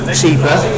cheaper